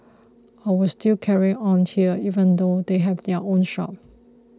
I will still carry on here even though they have their own shop